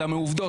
אלא מעובדות.